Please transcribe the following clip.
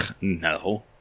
no